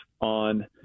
on